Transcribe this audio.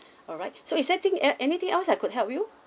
alright so is there anything eh anything else I could help you